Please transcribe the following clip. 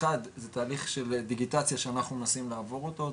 אחד זה תהליך של דיגיטציה שאנחנו מנסים לעבור אותו,